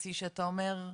בסיסי שאתה אומר,